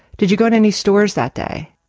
did you go to any stores that day?